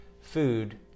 food